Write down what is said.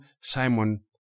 Simon